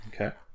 Okay